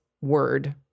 word